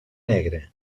negra